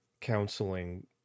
counseling